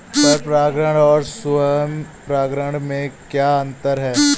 पर परागण और स्वयं परागण में क्या अंतर है?